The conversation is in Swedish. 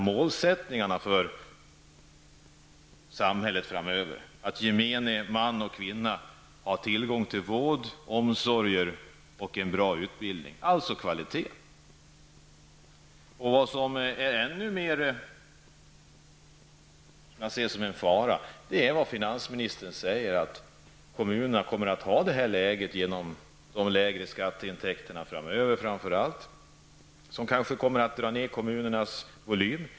Målsättningen för samhället framöver är ju att gemene man skall ha tillgång till vård, omsorg och bra utbildning, alltså kvalitet. Det jag ännu mer ser som en fara är, som finansministern säger, det ekonomiska läge kommunerna framöver kommer att få genom framför allt de lägre skatteintäkterna, vilket kanske kommer att dra ner kommunernas volym.